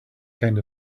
kind